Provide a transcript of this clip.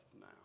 now